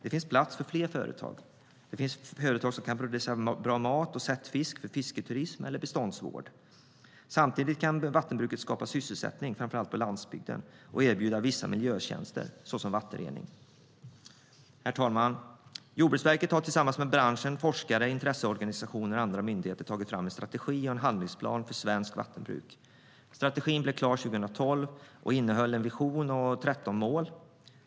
Det finns plats för fler företag som kan producera bra mat och sättfisk för fisketurism och beståndsvård. Samtidigt kan vattenbruket skapa sysselsättning framför allt på landsbygden och erbjuda vissa miljötjänster, såsom vattenrening. Herr talman! Jordbruksverket har tillsammans med branschen, forskare, intresseorganisationer och andra myndigheter tagit fram en strategi och en handlingsplan för svenskt vattenbruk. Strategin blev klar 2012 och innehåller en vision och 13 mål.